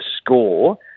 score